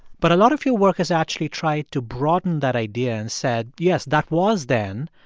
but a lot of your work has actually tried to broaden that idea and said, yes, that was then,